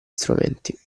strumenti